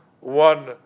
one